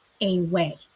away